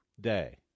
day